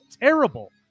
terrible